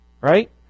Right